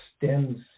extends